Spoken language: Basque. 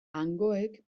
hangoek